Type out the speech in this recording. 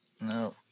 No